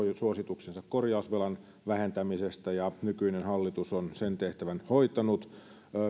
suosituksensa korjausvelan vähentämisestä ja nykyinen hallitus on sen tehtävän hoitanut